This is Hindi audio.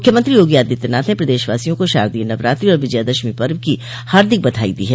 मुख्यमंत्री योगी आदित्यनाथ ने प्रदेशवासियों को शारदीय नवरात्रि और विजयादशमी पर्व की हार्दिक बधाई दी है